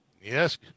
yes